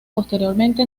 posteriormente